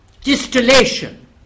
distillation